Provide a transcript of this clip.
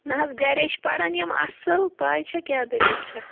نہَ حظ گَرے چھِ پَران یِم اَصٕل پےَ چھا کیٛاہ دٔلیٖل چھَکھ